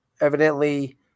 evidently